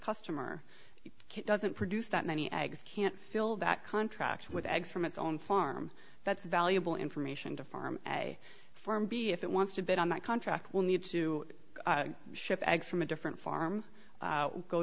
customer kit doesn't produce that many eggs can't fill that contract with eggs from its own farm that's valuable information to farm a farm b if it wants to bid on that contract will need to ship eggs from a different farm